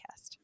podcast